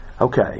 Okay